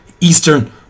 Eastern